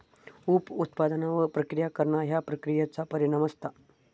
उप उत्पादनांवर प्रक्रिया करणा ह्या प्रक्रियेचा परिणाम असता